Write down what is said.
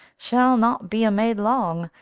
shall not be a maid long,